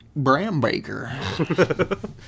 Brambaker